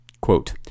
Quote